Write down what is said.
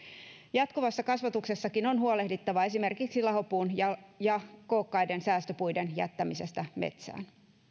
jatkuvassa kasvatuksessakin on huolehdittava esimerkiksi lahopuun ja ja kookkaiden säästöpuiden jättämisestä metsään